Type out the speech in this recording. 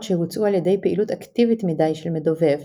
שהוצאו על ידי פעילות אקטיבית מדי של מדובב